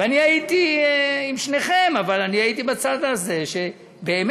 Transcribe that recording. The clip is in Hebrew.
ואני הייתי עם שניכם, אבל אני הייתי בצד הזה שבאמת